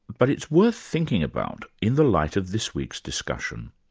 but it's worth thinking about in the light of this week's discussion.